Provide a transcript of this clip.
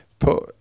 Put